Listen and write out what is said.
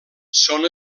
són